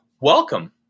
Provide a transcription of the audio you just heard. welcome